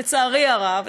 לצערי הרב,